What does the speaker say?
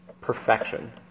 Perfection